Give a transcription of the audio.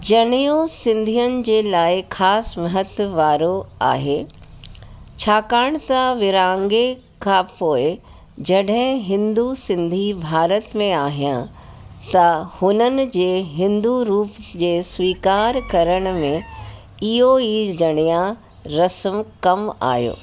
जनयो सिंधीअनि जे लाइ ख़ासि महत्तव वारो आहे छाकाण त विरांगे खां पोए जॾहिं हिंदू सिंधी भारत में आहियां त हुननि जे हिंदू रूप जे स्वीकार करण में इयो ई जणया रस्म कमु आहियो